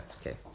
okay